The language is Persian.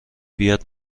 بیاد